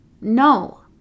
no